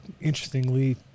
interestingly